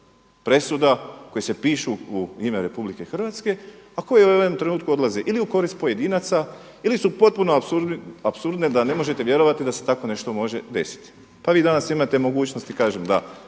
presuda koje se pišu u ime RH, a koje u ovom trenutku odlaze ili u korist pojedinaca ili su potpuno apsurdne da ne možete vjerovati da se tako nešto može desiti. Pa vi danas imate mogućnosti da